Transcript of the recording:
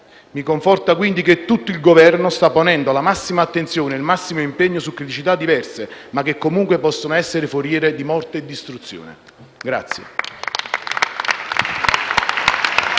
Mi conforta, quindi, che tutto il Governo stia ponendo la massima attenzione e il massimo impegno su criticità diverse, che possono essere foriere di morte e distruzione.